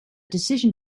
decision